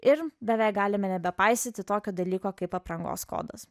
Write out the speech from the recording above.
ir beveik galime nebepaisyti tokio dalyko kaip aprangos kodas